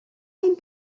ein